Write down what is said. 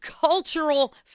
cultural